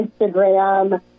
Instagram